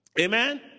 Amen